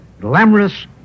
glamorous